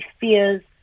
fears